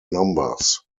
numbers